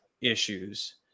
issues